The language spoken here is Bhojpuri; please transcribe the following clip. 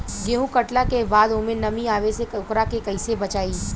गेंहू कटला के बाद ओमे नमी आवे से ओकरा के कैसे बचाई?